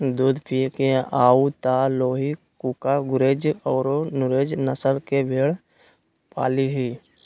दूध पिये के हाउ त लोही, कूका, गुरेज औरो नुरेज नस्ल के भेड़ पालीहीं